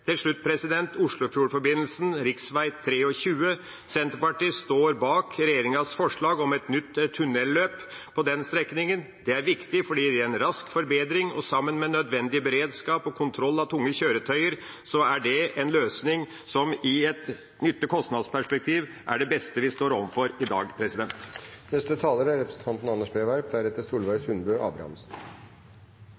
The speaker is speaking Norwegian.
Til slutt, om rv. 23 Oslofjordforbindelsen: Senterpartiet står bak regjeringas forslag om et nytt tunnelløp på den strekningen. Det er viktig fordi det gir en rask forbedring, og sammen med nødvendig beredskap og kontroll av tunge kjøretøy er det en løsning som i et nytte–kostnads-perspektiv er det beste vi står overfor i dag. Vi fikk en sterk påminnelse om hvor viktig det er